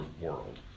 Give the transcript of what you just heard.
world